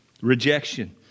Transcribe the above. Rejection